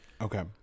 Okay